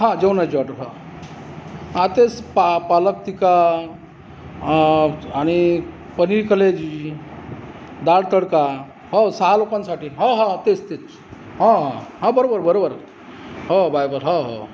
हां जेवणाची ऑर्डर हां हां तेच पा पालक तिखा आणि पनीर कलेजी डाळ तडका हो सहा लोकांसाठी हो हो हो तेच तेच हो हो हो हां बरोबर बरोबर हो बरोबर हो हो